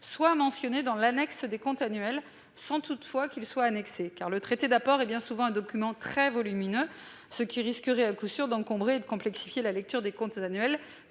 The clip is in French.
-soit mentionné dans l'annexe des comptes annuels, sans toutefois y figurer. Le traité d'apport est bien souvent un document très volumineux : l'annexer risquerait à coup sûr de complexifier la lecture des comptes annuels